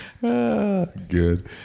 Good